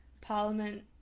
Parliament